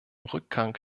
rückgang